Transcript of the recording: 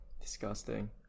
Disgusting